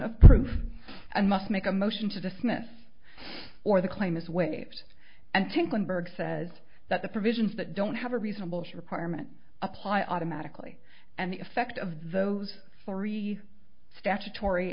of proof i must make a motion to dismiss or the claim is waived and think wynberg says that the provisions that don't have a reasonable she requirement apply automatically and the effect of those three statutory